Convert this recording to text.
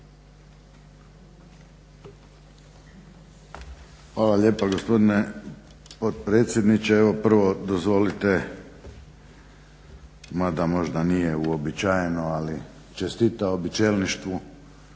Hvala lijepa gospodine potpredsjedniče. Evo prvo dozvolite mada možda nije uobičajeno ali čestitao bi čelništvu